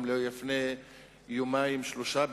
לפני יומיים-שלושה,